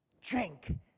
drink